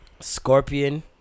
Scorpion